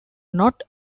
not